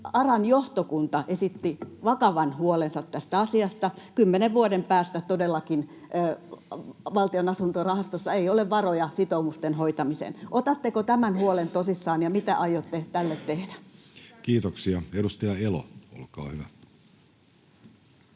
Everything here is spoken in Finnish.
ARAn johtokunta esitti vakavan huolensa tästä asiasta. 10 vuoden päästä todellakin Valtion asuntorahastossa ei ole varoja sitoumusten hoitamiseen. Otatteko tämän huolen tosissaan, ja mitä aiotte tälle tehdä? [Speech 328] Speaker: